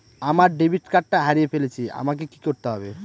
আমার ডেবিট কার্ডটা হারিয়ে ফেলেছি আমাকে কি করতে হবে?